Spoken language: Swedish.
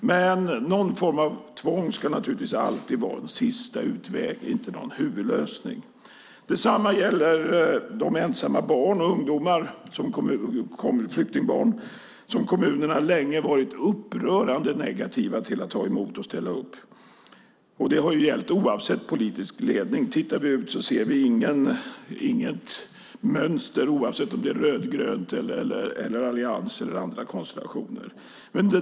Tvång ska dock naturligtvis alltid vara en sista utväg och inte en huvudlösning. Detsamma gäller de ensamma flyktingbarn och flyktingungdomar som kommunerna länge varit upprörande negativa till att ta emot och ställa upp för. Detta har gällt oavsett politisk ledning. Tittar vi ut ser vi inget mönster; det är inte rödgrönt, allians eller andra konstellationer.